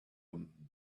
him